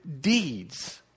Deeds